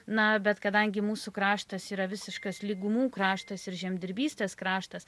na bet kadangi mūsų kraštas yra visiškas lygumų kraštas ir žemdirbystės kraštas